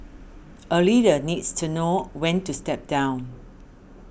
a leader needs to know when to step down